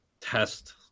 test